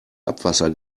abwasser